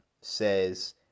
says